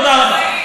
תודה רבה.